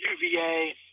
UVA